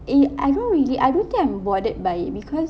eh I don't really I don't think I'm bothered by it because